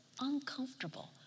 uncomfortable